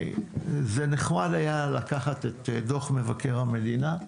זה נחמד היה לקחת את דוח מבקר המדינה,